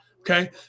Okay